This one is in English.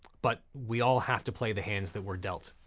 but we all have to play the hands that were dealt.